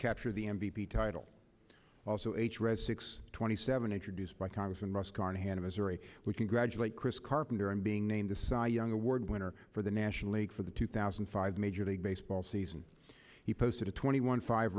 capture the m v p title also h red six twenty seven introduced by congress and russ carnahan of missouri we congratulate chris carpenter and being named the site young award winner for the national league for the two thousand and five major league baseball season he posted a twenty one five